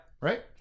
Right